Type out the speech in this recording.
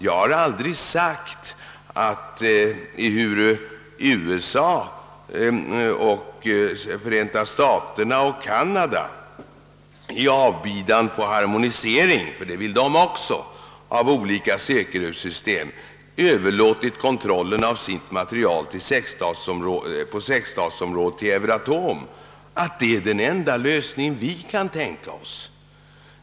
Jag har aldrig sagt att, eftersom Förenta staterna och Ka nada i avbidan på en harmonisering — en sådan eftersträvar de ju också — av olika säkerhetssystem överlåtit kontrollen av sitt material på sexstatsområdet till Euratom, detta är den enda lösning som vi kan tänka oss.